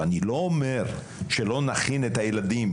אני לא אומר שלא נכין את הילדים,